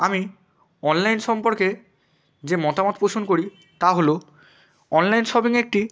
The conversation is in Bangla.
আমি অনলাইন সম্পর্কে যে মতামত পোষণ করি তা হল অনলাইন শপিং একটি